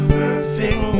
perfect